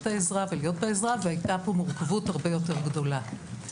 העזרה והייתה פה מורכבות הרבה יותר גדולה.